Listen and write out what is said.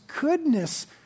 goodness